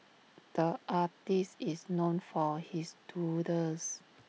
the artist is known for his doodles